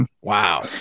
Wow